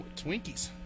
Twinkies